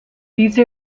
these